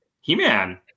He-Man